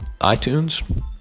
iTunes